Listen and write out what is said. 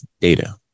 data